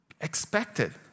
expected